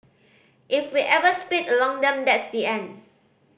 if we ever split along them that's the end